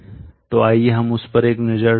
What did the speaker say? तो आइए हम उस पर एक नजर डालते हैं